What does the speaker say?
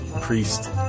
priest